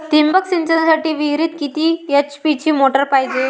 ठिबक सिंचनासाठी विहिरीत किती एच.पी ची मोटार पायजे?